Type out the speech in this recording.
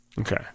Okay